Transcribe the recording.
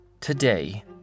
Today